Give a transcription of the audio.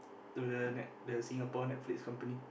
to the net the Singapore Netflix company